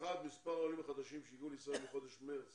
אחת, מספר העולים החדשים שהגיעו לישראל בחודש מרץ